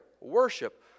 worship